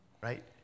Right